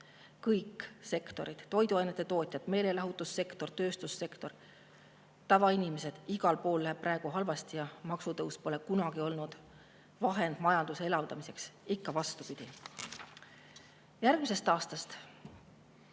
sektorites, toiduainete tootjatel, meelelahutussektoris, tööstussektoris, tavainimestel – igal pool läheb praegu halvasti ja maksutõus pole kunagi olnud vahend majanduse elavdamiseks. Ikka vastupidi! Järgmisest aastast